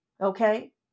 okay